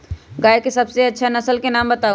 गाय के सबसे अच्छा नसल के नाम बताऊ?